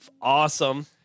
awesome